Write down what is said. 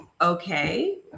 okay